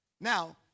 Now